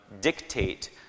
dictate